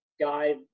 guy